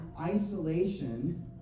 isolation